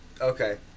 okay